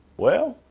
well,